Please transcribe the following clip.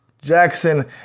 Jackson